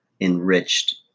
enriched